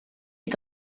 est